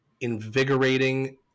invigorating